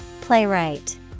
playwright